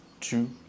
two